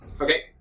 Okay